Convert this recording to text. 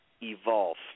evolve